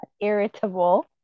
irritable